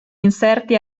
inserti